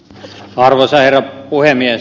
arvoisa herra puhemies